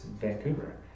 Vancouver